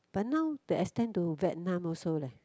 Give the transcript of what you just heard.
but now they extend to Vietnam also leh